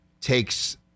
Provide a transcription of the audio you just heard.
takes